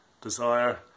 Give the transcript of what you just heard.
desire